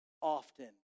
often